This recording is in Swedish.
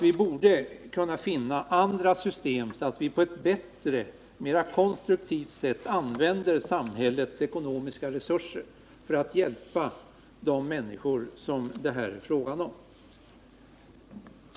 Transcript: Vi borde kunna finna andra system, så att vi på ett bättre och mera konstruktivt sätt använder samhällets ekonomiska resurser för att hjälpa de människor som det här är fråga om.